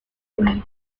soil